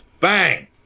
bang